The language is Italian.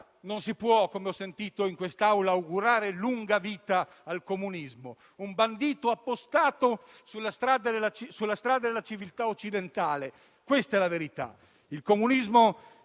Non si può quindi - come ho sentito fare in quest'Aula - augurare lunga vita al comunismo, un bandito appostato sulla strada della civiltà occidentale. Questa è la verità.